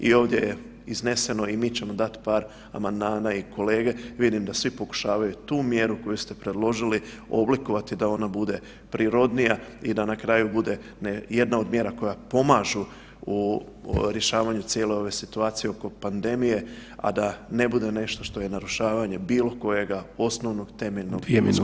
I ovdje je izneseno i mi ćemo dati par amandmana i kolege, vidim da svi pokušavaju tu mjeru koju ste predložili oblikovati da ona bude prirodnija i da na kraju bude jedna od mjera koje pomažu u rješavanju cijele ove situacije oko pandemije, a da ne bude nešto što je narušavanje bilo kojega osnovnog temeljnog ljudskoga prava.